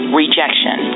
rejection